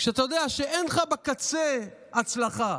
כשאתה יודע שאין לך בקצה הצלחה.